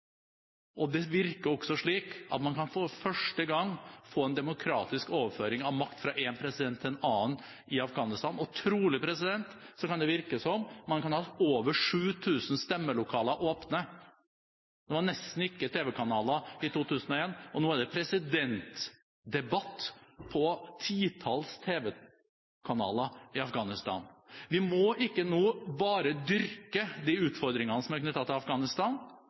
tilgjengelig. Det virker også som at man for første gang kan få en demokratisk overføring av makt fra én president til en annen i Afghanistan. Det kan virke som at man trolig kan ha over 7 000 stemmelokaler åpne. Det var nesten ikke tv-kanaler i 2001, og nå er det presidentdebatt på et titalls tv-kanaler i Afghanistan. Vi må nå ikke bare dyrke de utfordringene som er knyttet til Afghanistan.